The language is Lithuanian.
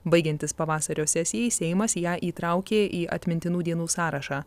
baigiantis pavasario sesijai seimas ją įtraukė į atmintinų dienų sąrašą